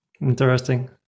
Interesting